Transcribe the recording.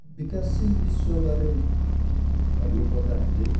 विकासशील विश्वबारे भन्नुपर्दाखेरि